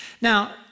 Now